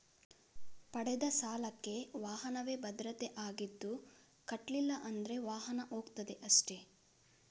ಪಡೆದ ಸಾಲಕ್ಕೆ ವಾಹನವೇ ಭದ್ರತೆ ಆಗಿದ್ದು ಕಟ್ಲಿಲ್ಲ ಅಂದ್ರೆ ವಾಹನ ಹೋಗ್ತದೆ ಅಷ್ಟೇ